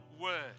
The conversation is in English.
word